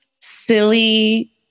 silly